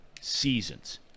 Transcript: seasons